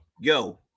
yo